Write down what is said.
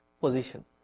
position